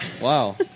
Wow